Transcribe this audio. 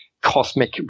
cosmic